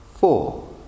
four